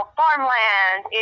farmland